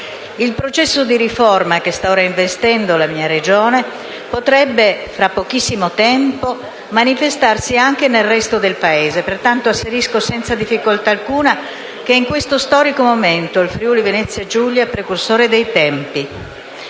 Il processo di riforma che sta ora investendo la mia Regione potrebbe, fra pochissimo tempo, manifestarsi anche nel resto del Paese, pertanto asserisco senza difficoltà alcuna che, in questo storico momento, il Friuli-Venezia Giulia è un precursore dei tempi.